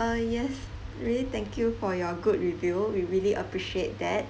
uh yes really thank you for your good review we really appreciate that